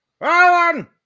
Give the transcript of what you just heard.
Alan